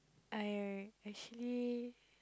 I actually